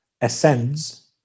ascends